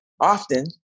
often